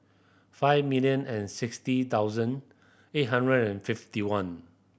five million and sixty thousand eight hundred and fifty one